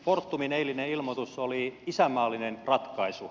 fortumin eilinen ilmoitus oli isänmaallinen ratkaisu